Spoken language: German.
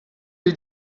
die